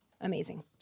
Amazing